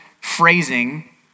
phrasing